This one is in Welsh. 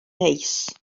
neis